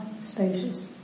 spacious